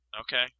Okay